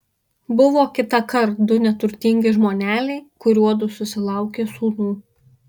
buvo kitąkart du neturtingi žmoneliai kuriuodu susilaukė sūnų